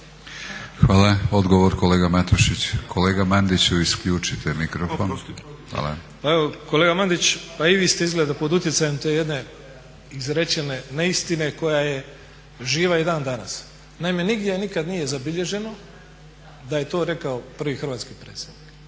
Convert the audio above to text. Hvala. Odgovor kolega Matušić. **Matušić, Frano (HDZ)** Pa evo kolega Mandić pa i vi ste izgleda pod utjecajem te jedne izrečene neistine koja je živa i dan danas. Naime, nigdje nikad nije zabilježeno da je to rekao prvi hrvatski predsjednik.